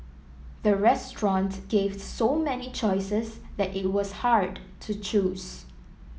the restaurant gave so many choices that it was hard to choose